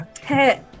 hey